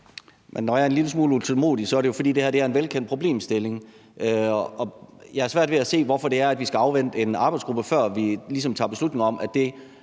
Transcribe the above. når jeg er en lille smule utålmodig, er det jo, fordi det her er en velkendt problemstilling, og jeg har svært ved at se, hvorfor vi skal afvente svaret fra en arbejdsgruppe, før vi ligesom tager beslutning om, at det,